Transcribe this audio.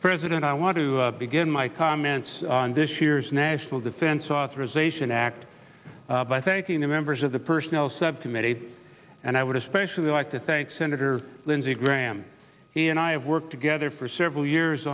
as president i want to begin my comments on this year's national defense authorization act by thanking the members of the personnel subcommittee and i would especially like to thank senator lindsey graham he and i have worked together for several years